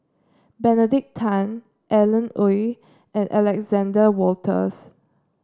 Benedict Tan Alan Oei and Alexander Wolters